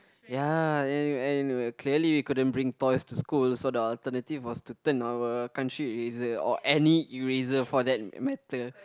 ya and and clearly you couldn't bring toys to school so the alternative was to turn our country eraser or any eraser for that matter